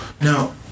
Now